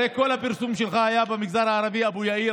הרי כל הפרסום שלך במגזר הערבי היה "אבו יאיר",